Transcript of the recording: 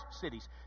cities